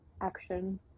action